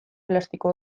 plastiko